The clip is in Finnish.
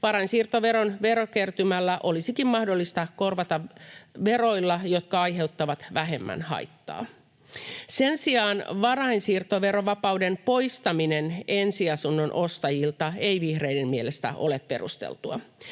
Varainsiirtoveron verokertymä olisikin mahdollista korvata veroilla, jotka aiheuttavat vähemmän haittaa. Sen sijaan varainsiirtoverovapauden poistaminen ensiasunnon ostajilta ei vihreiden mielestä ole perusteltua.